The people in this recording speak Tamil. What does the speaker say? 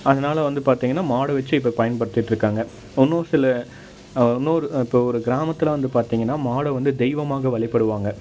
அதனால் வந்து பார்த்தீங்கன்னா மாடு வச்சு இப்போ பயன்படுத்திட்ருக்காங்க இன்னும் சில இன்னொரு இப்போ ஒரு கிராமத்தில் வந்து பார்த்தீங்கன்னா மாடை வந்து தெய்வமாக வழிபடுவாங்க